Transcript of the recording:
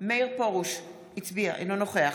מאיר פרוש, אינו נוכח